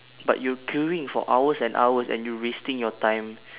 but you're queuing for hours and hours and you wasting your time